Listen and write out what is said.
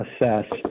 assess